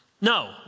No